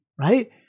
right